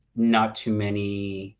not too many